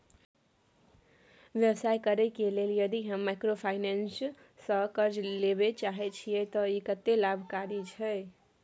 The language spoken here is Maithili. व्यवसाय करे के लेल यदि हम माइक्रोफाइनेंस स कर्ज लेबे चाहे छिये त इ कत्ते लाभकारी छै?